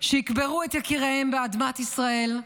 שיקברו את יקיריהן באדמת ישראל,